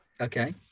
Okay